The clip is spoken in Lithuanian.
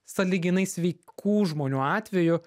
sąlyginai sveikų žmonių atveju